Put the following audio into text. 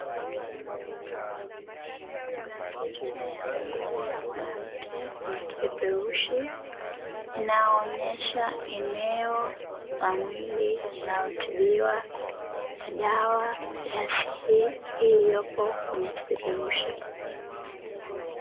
Kuna picha ya mwili wa mwanamke kwenye kipeperushi, inayoonesha eneo la mwili inayotibiwa na dawa ya asili iliyopo kwenye kipeperushi.